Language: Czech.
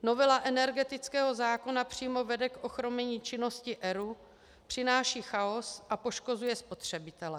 Novela energetického zákona přímo vede k ochromení činnosti ERÚ, přináší chaos a poškozuje spotřebitele.